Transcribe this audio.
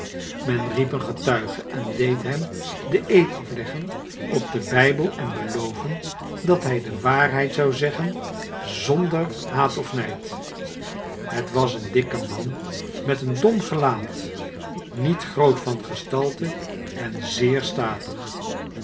men riep een getuige en deed hem den eed afleggen op den bijbel en beloven dat hij de waarheid zou zeggen zonder haat of nijd het was een dikke man met een dom gelaat niet groot van gestalte en zeer statig